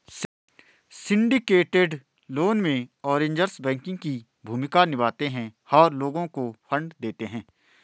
syndicated loan में, arrangers banking की भूमिका निभाते हैं और लोगों को फंड देते हैं